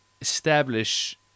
establish